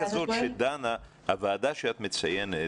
הוועדה שאת מציינת